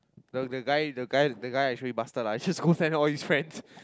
the the guy the guy the guy actually bastard lah just go send all his friends